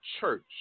church